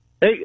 Hey